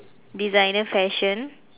designer fashion